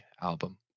album